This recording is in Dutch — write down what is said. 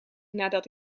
nadat